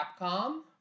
Capcom